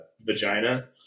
vagina